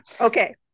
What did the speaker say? Okay